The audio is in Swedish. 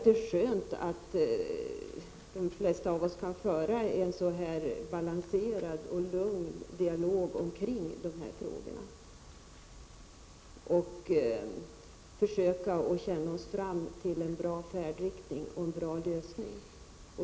Det är skönt att de flesta av oss kan föra en så balanserad och lugn dialog omkring de här frågorna och att vi försöker känna oss för så att vi kan komma fram till en bra färdriktning och en bra lösning.